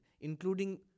including